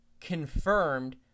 confirmed